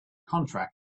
contract